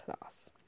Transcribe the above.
class